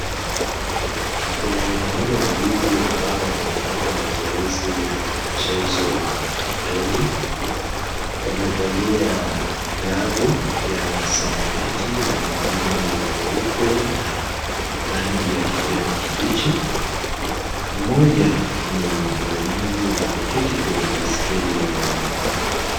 Kuna wanaume wawili ambao wanafanya mazoezi ya mchezo wa ndondi, wamevalia glavu ya samawati na nyingine ni nyeupe na ya kijani kibichi. Mmoja ni mlemavu na ameketi kwenye baiskeli ya walemavu.